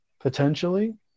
potentially